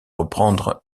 reprendre